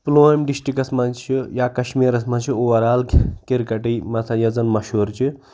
پُلوٲمۍ ڈِسٹرکَس منٛز چھِ یا کَشمیٖرَس منٛز چھِ اُوَرآل کِرکَٹٕے مثلاً یَس زَن مشہوٗر چھِ